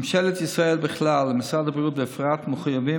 ממשלת ישראל בכלל ומשרד הבריאות בפרט מחויבים